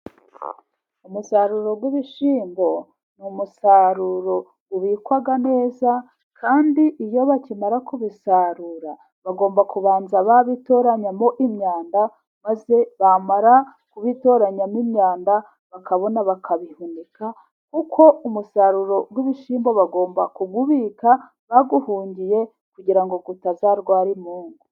Umusaruro w'ibishinmbo ni umusaruro ubikwa neza, kandi iyo bakimara kubisarura bagomba kubanza babitoranyamo imyanda, maze bamara kubitoranyamo imyanda bakabona bakabihunika, kuko umusaruro w'ibishimbo bagomba kubibika babihungiye, kugira ngo bitazarwara imungu.